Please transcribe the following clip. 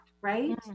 right